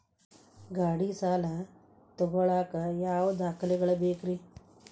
ಗಾಡಿ ಸಾಲ ತಗೋಳಾಕ ಯಾವ ದಾಖಲೆಗಳ ಬೇಕ್ರಿ?